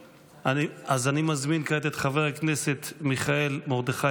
אז אני מזמין כעת את חבר הכנסת מיכאל מרדכי